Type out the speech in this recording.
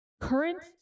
current